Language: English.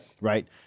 Right